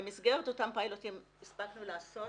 במסגרת אותם פיילוטים הספקנו לעשות